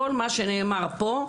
כל מה שנאמר פה,